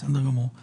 בסדר גמור.